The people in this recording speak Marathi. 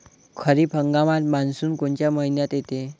खरीप हंगामात मान्सून कोनच्या मइन्यात येते?